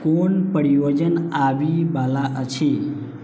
कोन प्रयोजन आबि वाला अछि